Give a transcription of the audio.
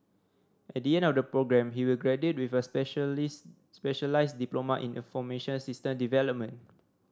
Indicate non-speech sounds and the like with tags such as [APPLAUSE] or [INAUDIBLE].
at the end of the programme he will graduate with a specialist specialize diploma [UNINTELLIGIBLE] system development